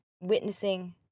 witnessing